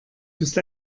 bist